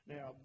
Now